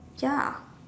ya